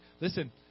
Listen